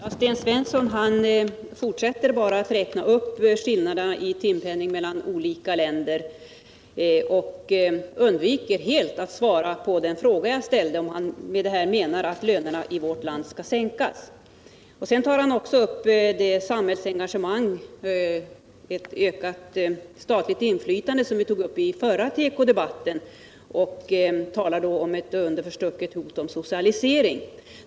Herr talman! Sten Svensson fortsätter bara att räkna upp skillnaderna i timpenning mellan olika länder och undviker helt att svara på den fråga jag ställde, om han menar att lönerna i vårt land skall sänkas. Sedan talar han om ett samhällsengagemang, ett ökat statligt inflytande, som vi tog upp i förra tekodebatten, och han talar då om ett understucket hot om socialisering.